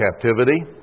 captivity